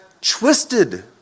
twisted